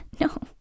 no